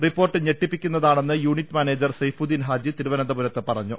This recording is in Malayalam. റിപ്പോർട്ട് ഞെട്ടിപ്പിക്കുന്നതാണെന്ന് യൂനിറ്റ് മാനേജർ സെയ്ഫുദ്ദീൻ ഹാജി തിരുവനന്തപുരത്ത് പറഞ്ഞു